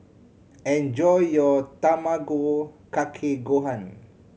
enjoy your Tamago Kake Gohan